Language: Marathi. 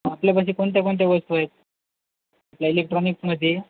आपल्यापाशी कोणत्या कोणत्या वस्तू आहेत आपल्या इलेक्ट्रॉनिक्समध्ये